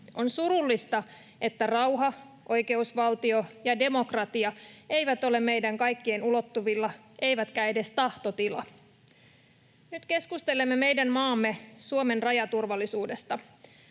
On surullista, että rauha, oikeusvaltio ja demokratia eivät ole meidän kaikkien ulottuvilla eivätkä edes tahtotila. Nyt keskustelemme meidän maamme, Suomen, rajaturvallisuudesta.